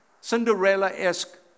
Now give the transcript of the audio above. Cinderella-esque